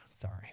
Sorry